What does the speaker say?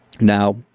Now